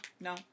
No